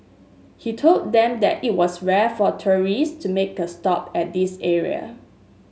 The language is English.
he told them that it was rare for tourists to make a stop at this area